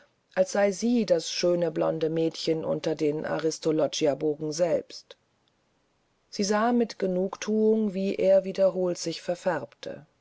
als sei sie das schöne blonde mädchen unter den aristolochiabogen selbst sie sah mit genugthuung wie er wiederholt sich verfärbte